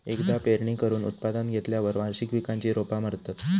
एकदा पेरणी करून उत्पादन घेतल्यार वार्षिक पिकांची रोपा मरतत